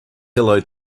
hello